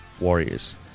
Warriors